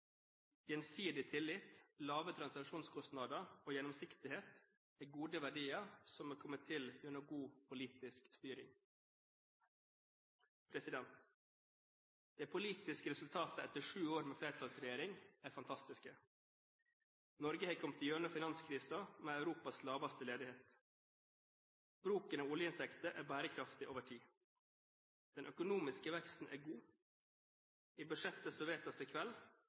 Gjensidig tillit, lave transaksjonskostnader og gjennomsiktighet er gode verdier som er kommet til gjennom god politisk styring. De politiske resultatene etter sju år med flertallsregjering er fantastiske. Norge har kommet gjennom finanskrisen med Europas laveste ledighet. Bruken av oljeinntekter er bærekraftig over tid. Den økonomiske veksten er god. I budsjettet som vedtas i kveld,